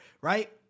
right